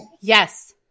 Yes